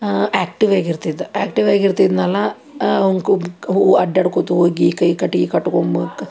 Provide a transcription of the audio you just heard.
active ಆಗಿರ್ತಿದ್ದ active ಆಗಿರ್ತಿದ್ದನಲ್ಲ ಅವ್ನು ಕೂಗ್ಕ್ ಹೋ ಅಡ್ಡಾಡ್ಕೊಳ್ತಾ ಹೋಗಿ ಕೈ ಕಟ್ಟಿಗೆ ಕಟ್ಕೋಂಬಕ